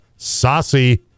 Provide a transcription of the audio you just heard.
Saucy